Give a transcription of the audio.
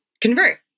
convert